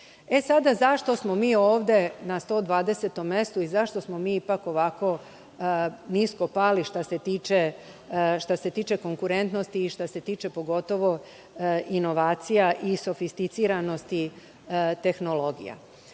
mestu. Zašto smo mi ovde na 120 mestu i zašto smo mi ovako nisko pali, što se tiče konkurentnosti i što se tiče inovacija i sofisticiranosti tehnologija?